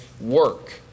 Work